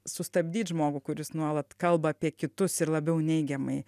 sustabdyt žmogų kuris nu vat kalba apie kitus ir labiau neigiamai